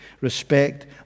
respect